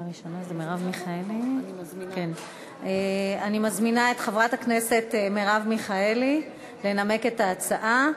אני מזמינה את חברת הכנסת מרב מיכאלי לנמק את ההצעה: